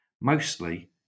Mostly